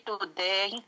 today